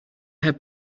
have